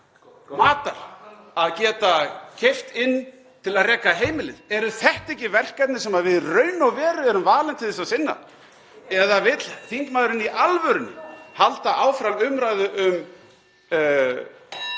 að geta keypt inn til að reka heimilið? Eru þetta ekki verkefnin sem við í raun og veru erum valin til þess að sinna? Eða vill þingmaðurinn (Forseti hringir.) í alvörunni halda áfram umræðu um